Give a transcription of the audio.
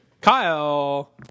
Kyle